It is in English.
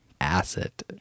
asset